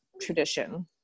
tradition